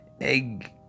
egg